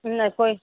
இல்லை